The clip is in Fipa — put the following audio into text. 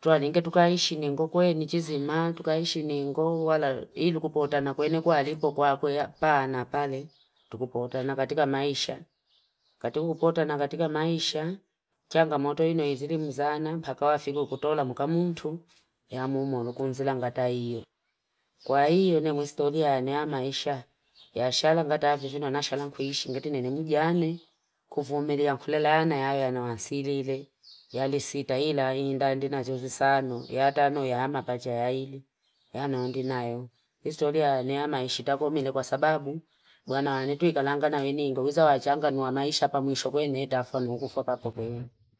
Tua ninge tukaishi ningo kwenye njizima. Tukaishi ningo wala ilukupota. Na kwenye nikuaripo kwa kwenye paa na pale. Tukupota na katika maisha. Tukupota na katika maisha. Changa moto ino yizili mzana. Baka wafigu kutola mukamutu. Ya mumono kumzila nga taio. Kwa hiyo ni mwistori ya nyama isha. Ya ashala nga taifuno. Na ashala nguishi. Ngenge nini mijane. Kufuomele ya mkulela yana. Yano wansirele. Yali sita hila. Hinda hindi na jozo sano. Yata no ya mabacha ya hili. Yano hindi na yo. Mwistori ya nyama ishi. Tako mwine kwa sababu. Bwana wane tuikalanga na weningo. Niza wachanganua maisha hapa mwisho kwene